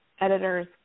editors